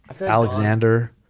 Alexander